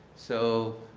so